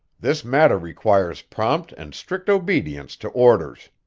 this matter requires prompt and strict obedience to orders.